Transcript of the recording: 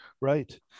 Right